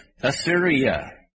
Assyria